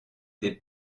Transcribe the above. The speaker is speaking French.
des